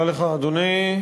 אדוני,